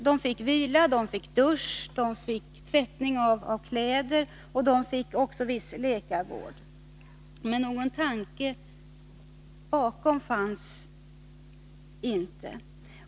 De fick vila, dusch, tvättning av kläder, viss läkarvård osv., men någon tanke bakom fanns inte.